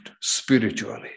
spiritually